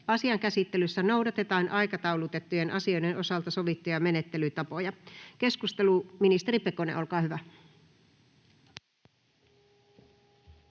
Asian käsittelyssä noudatetaan aikataulutettujen asioiden osalta sovittuja menettelytapoja. — Ministeri Pekonen, olkaa hyvä. [Speech